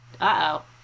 Uh-oh